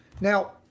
Now